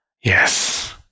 yes